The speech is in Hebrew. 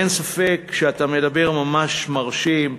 אין ספק שאתה מדבר ממש מרשים,